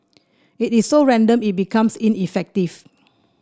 it is so random it becomes ineffective